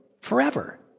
forever